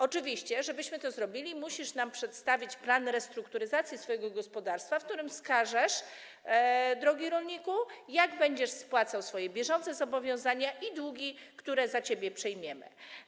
Oczywiście, żebyśmy to zrobili, musisz nam przedstawić plan restrukturyzacji swojego gospodarstwa, w którym wskażesz, drogi rolniku, jak będziesz spłacał swoje bieżące zobowiązania i długi, które za ciebie przejmiemy.